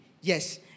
yes